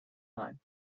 line